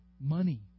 money